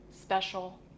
special